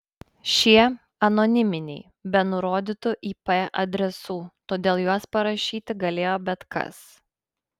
šie anoniminiai be nurodytų ip adresų todėl juos parašyti galėjo bet kas